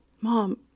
Mom